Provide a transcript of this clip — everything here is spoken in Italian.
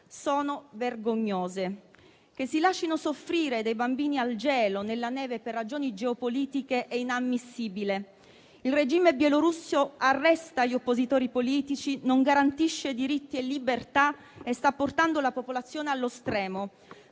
inammissibile che si lascino soffrire dei bambini al gelo e nella neve per ragioni geopolitiche. Il regime bielorusso arresta gli oppositori politici, non garantisce diritti e libertà e sta portando la popolazione allo stremo.